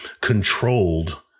controlled